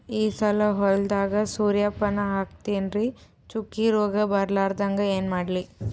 ಈ ಸಲ ಹೊಲದಾಗ ಸೂರ್ಯಪಾನ ಹಾಕತಿನರಿ, ಚುಕ್ಕಿ ರೋಗ ಬರಲಾರದಂಗ ಏನ ಮಾಡ್ಲಿ?